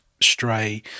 stray